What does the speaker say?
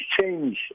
change